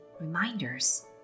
reminders